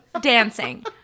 dancing